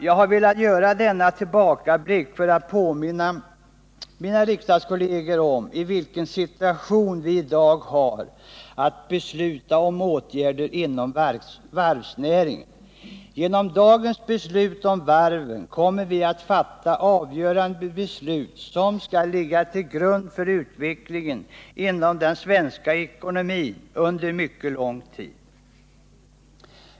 Jag har velat göra denna tillbakablick för att påminna mina riksdagskolleger om i vilken situation vi i dag har att besluta om åtgärder inom varvsnäringen. Genom dagens beslut om varven kommer vi att fatta avgörande beslut, som skall ligga till grund för utvecklingen inom den svenska ekonomin under en mycket lång tid.